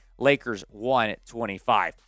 Lakers125